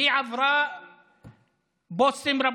היא עברה בוסים רבים.